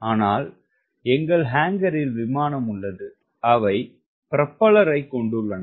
ஆனால் எங்கள் ஹேங்கரில் விமானம் உள்ளது அவை ப்ரொப்பல்லரைக் கொண்டுள்ளன